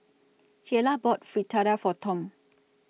Jaylah bought Fritada For Tom